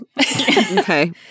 Okay